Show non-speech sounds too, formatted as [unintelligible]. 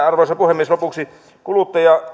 [unintelligible] arvoisa puhemies lopuksi kuluttajien